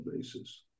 basis